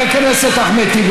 חבר הכנסת אחמד טיבי,